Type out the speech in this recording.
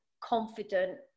confident